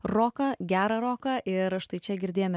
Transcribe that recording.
roką gerą roką ir štai čia girdėjome